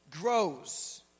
grows